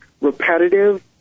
repetitive